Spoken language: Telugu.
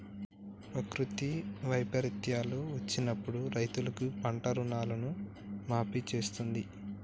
ప్రకృతి వైపరీత్యాలు వచ్చినప్పుడు రైతులకు పంట రుణాలను మాఫీ చేస్తాంది